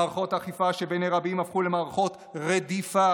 מערכות אכיפה שבעיניי רבים הפכו למערכות רדיפה,